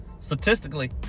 Statistically